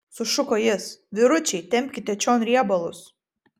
sušuko jis vyručiai tempkite čion riebalus